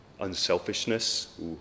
Unselfishness